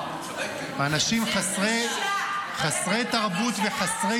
-- אנשים חסרי תרבות --- אתה צריך